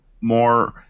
more